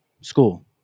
School